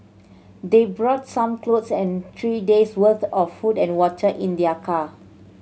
they brought some clothes and three days' worth of food and water in their car